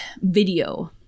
video